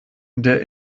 der